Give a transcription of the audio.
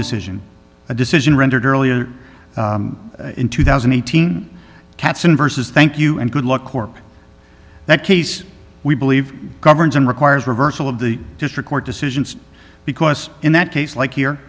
decision a decision rendered earlier in two thousand and eighteen cats in versus thank you and good luck work that case we believe governs and requires reversal of the district court decisions because in that case like